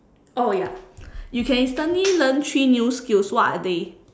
oh ya you can instantly learn three new skills what are they